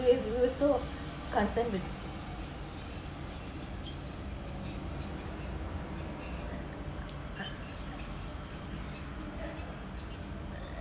we we were so concerned with